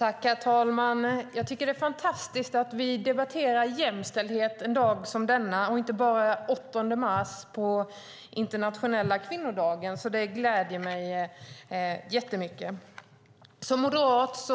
Herr talman! Det är fantastiskt att vi debatterar jämställdhet också i dag och inte bara på internationella kvinnodagen den 8 mars. Det gläder mig mycket. För mig som moderat